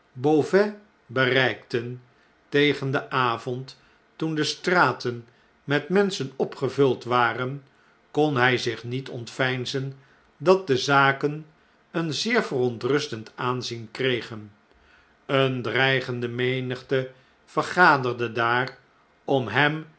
s bereikten tegen den avond toen de straten met menschen opgevuld waren kon hjj zich niet ontveinzen dat de zaken een zeer verontrustend aanzien kregen een dreigende menigte vergaderde daar om hem